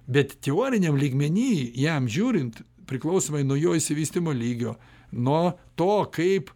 bet teoriniam lygmeny jam žiūrint priklausomai nuo jo išsivystymo lygio nuo to kaip